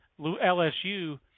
LSU